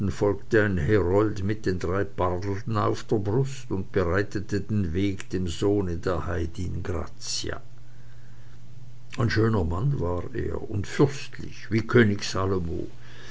ein herold mit den drei pardeln auf der brust und bereitete den weg dem sohne der heidin grazia ein schöner mann war er und fürstlich wie